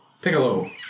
Piccolo